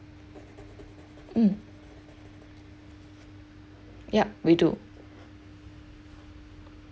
um yup we do